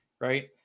right